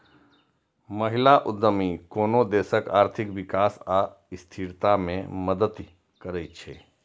महिला उद्यमी कोनो देशक आर्थिक विकास आ स्थिरता मे मदति करै छै